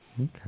Okay